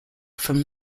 from